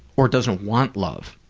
or doesn't want love,